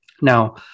Now